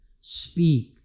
speak